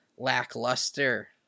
lackluster